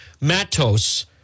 matos